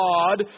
God